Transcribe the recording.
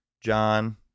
John